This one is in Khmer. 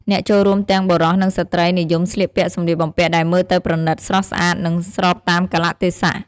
អ្នកចូលរួមទាំងបុរស និងស្ត្រី និយមស្លៀកពាក់សម្លៀកបំពាក់ដែលមើលទៅប្រណិត ស្រស់ស្អាត និងស្របតាមកាលៈទេសៈ។